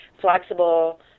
flexible